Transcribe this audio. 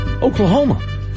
Oklahoma